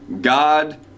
God